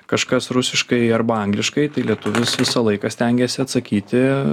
kažkas rusiškai arba angliškai tai lietuvis visą laiką stengiasi atsakyti